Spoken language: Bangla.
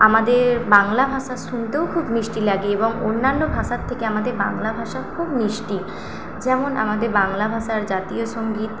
আমাদের বাংলা ভাষা শুনতেও খুব মিষ্টি লাগে এবং অন্যান্য ভাষার থেকে আমাদের বাংলা ভাষা খুব মিষ্টি যেমন আমাদের বাংলা ভাষার জাতীয় সঙ্গীত